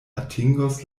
atingos